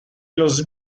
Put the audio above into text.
los